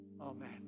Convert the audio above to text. Amen